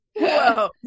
whoa